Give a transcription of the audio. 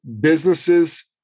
businesses